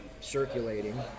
circulating